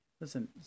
Listen